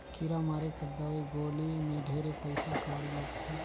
कीरा मारे कर दवई गोली मे ढेरे पइसा कउड़ी लगथे